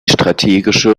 strategische